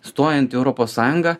stojant į europos sąjungą